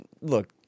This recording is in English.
Look